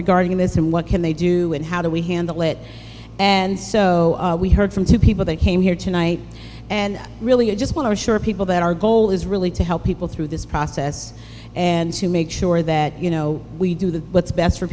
regarding this and what can they do and how do we handle it and so we heard from two people that came here tonight and really i just want to assure people that our goal is really to help people through this process and to make sure that you know we do the what's best for